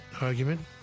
argument